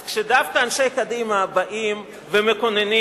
אז כשדווקא אנשי קדימה באים ומקוננים